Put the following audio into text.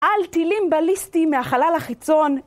על טילים בליסטיים מהחלל החיצון.